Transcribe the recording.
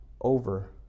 over